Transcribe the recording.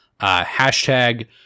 hashtag